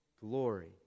glory